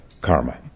karma